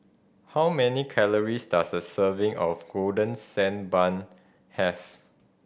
how many calories does a serving of Golden Sand Bun have